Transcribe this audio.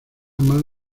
mal